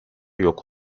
yok